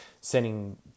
sending